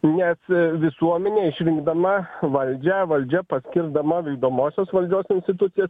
nes visuomenė išrinkdama valdžią valdžia paskirdama vykdomosios valdžios institucijas